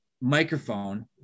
microphone